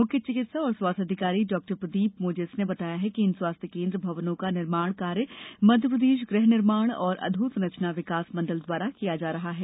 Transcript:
मुख्य चिकित्सा और स्वास्थ्य अधिकारी डॉक्टर प्रदीप मोजेस ने बताया कि इन स्वास्थ्य केन्द्र भवनों का निर्माण कार्य मध्यप्रदेश गृह निर्माण और अधोसंरचना विकास मंडल द्वारा किया जायेगा